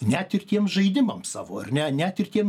net ir tiem žaidimam savo ar ne net ir tiem